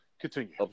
Continue